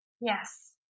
Yes